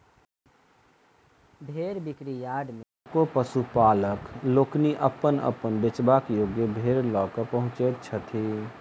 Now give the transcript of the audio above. भेंड़ बिक्री यार्ड मे अनेको पशुपालक लोकनि अपन अपन बेचबा योग्य भेंड़ ल क पहुँचैत छथि